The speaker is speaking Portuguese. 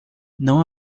não